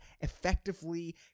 effectively